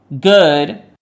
good